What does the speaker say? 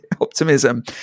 optimism